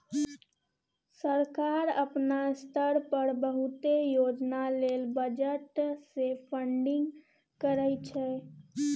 सरकार अपना स्तर पर बहुते योजना लेल बजट से फंडिंग करइ छइ